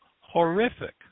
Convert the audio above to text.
horrific